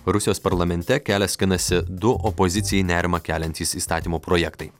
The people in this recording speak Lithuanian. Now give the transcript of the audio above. rusijos parlamente kelią skinasi du opozicijai nerimą keliantys įstatymų projektai